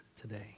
today